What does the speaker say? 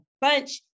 bunch